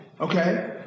Okay